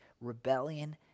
rebellion